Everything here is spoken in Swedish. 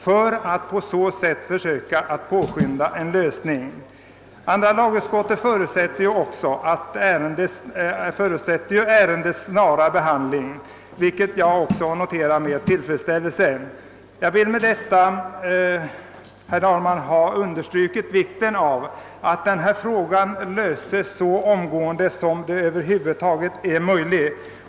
Vi gjorde det för att försöka påskynda en lösning av frågan. Andra lagutskottet förutsätter också att ärendet behandlas snarast, vilket jag noterat med tillfredsställelse. Jag hoppas att inrikesministern, som jag förmodar kommer att handlägga ärendet, ser till att handläggningen blir så snabb som möjligt.